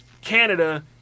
Canada